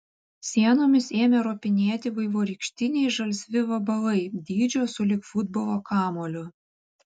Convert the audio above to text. sienomis ėmė ropinėti vaivorykštiniai žalsvi vabalai dydžio sulig futbolo kamuoliu